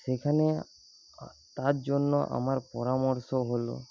সেখানে তার জন্য আমার পরামর্শ হলো